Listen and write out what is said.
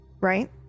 right